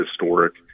historic